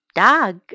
dog